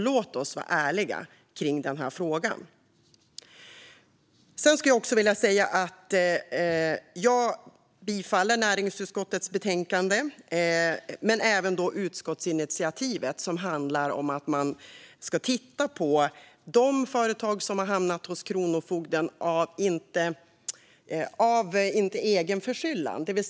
Låt oss vara ärliga om detta. Jag yrkar bifall till näringsutskottets förslag i betänkandet liksom även utskottsinitiativet, som handlar om att man ska titta på frågan om de företag som har hamnat hos kronofogden utan egen förskyllan.